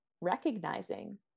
recognizing